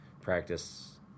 practice